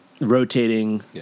rotating